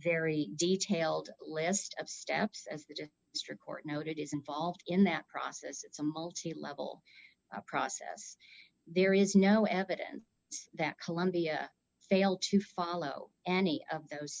very detailed list of steps as the district court noted is involved in that process it's a multi level process there is no evidence that columbia failed to follow any of those